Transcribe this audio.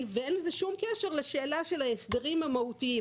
ואין לזה שום קשר לשאלה של ההסדרים המהותיים.